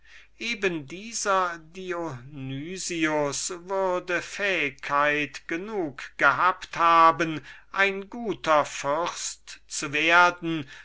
eben dieser dionysius würde fähigkeit genug gehabt haben ein guter fürst zu werden